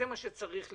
זה מה שצריך להיות.